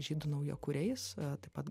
žydų naujakuriais taip pat